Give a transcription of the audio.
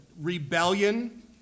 Rebellion